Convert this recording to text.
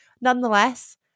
Nonetheless